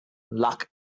luck